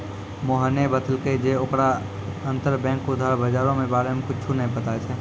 मोहने बतैलकै जे ओकरा अंतरबैंक उधार बजारो के बारे मे कुछु नै पता छै